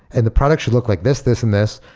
and the product should look like this, this and this.